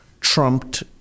trumped